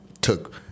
took